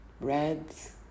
Reds